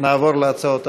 נעבור להצעות הבאות.